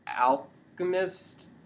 alchemist